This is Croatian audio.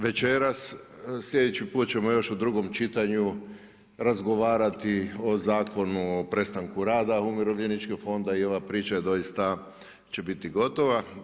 Večeras sljedeći put ćemo još u drugom čitanju razgovarati o Zakonu o prestanku rada Umirovljeničkog fonda i ova priča je doista, će biti gotova.